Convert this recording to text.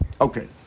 Okay